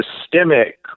systemic